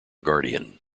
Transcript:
guardian